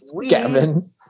Gavin